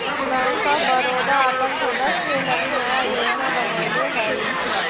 bank of Baroda अपन सदस्य लगी नया योजना बनैले हइ